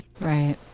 Right